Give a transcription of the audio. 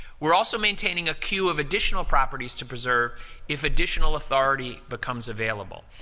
we're also maintaining a cue of additional properties to preserve if additional authority becomes available.